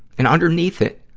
and underneath it,